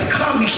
come